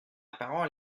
parole